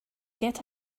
get